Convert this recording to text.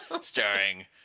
starring